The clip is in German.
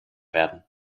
werden